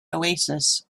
oasis